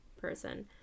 person